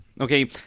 okay